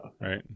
Right